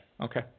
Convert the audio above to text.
Okay